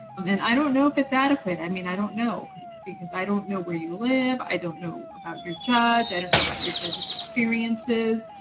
then i don't know if it's adequate. i mean, i don't know because i don't know where you live. i don't know about your judge. i don't know about your judge's experiences.